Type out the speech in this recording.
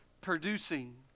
producing